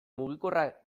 mugikorra